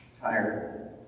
tired